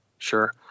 sure